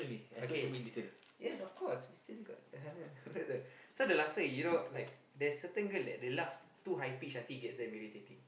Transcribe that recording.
okay yes of course so the laughter you know like there's certain girl they laugh too high pitch until it gets too irritating